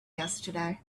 yesterday